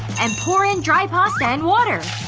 and pour in dry pasta and water.